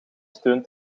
steun